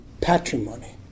patrimony